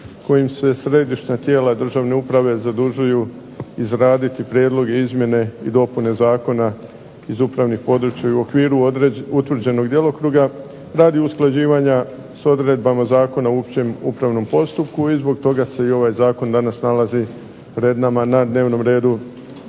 kojim se središnja tijela državne uprave zadužuju izraditi prijedloge izmjene i dopune zakona iz upravnih područja, u okviru utvrđenog djelokruga, radi usklađivanja s odredbama Zakona o općem upravnom postupku i zbog toga se i ovaj zakon danas nalazi pred nama na dnevnom redu